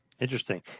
Interesting